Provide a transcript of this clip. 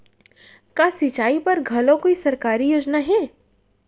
का सिंचाई बर घलो कोई सरकारी योजना हे?